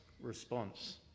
response